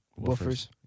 woofers